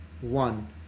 one